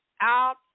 out